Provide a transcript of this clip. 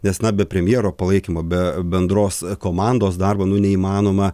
nes na be premjero palaikymo be bendros komandos darbo nu neįmanoma